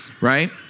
right